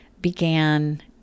began